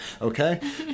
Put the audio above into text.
okay